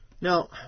now